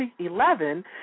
2011